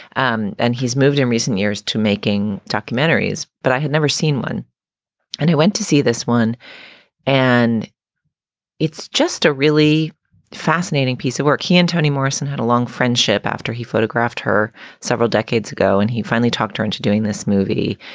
and and he's moved in recent years to making documentaries but i had never seen one and i went to see this one and it's just a really fascinating piece of work. he and toni morrison had a long friendship after he photographed her several decades. and he finally talked her into doing this movie,